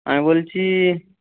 আমি বলছি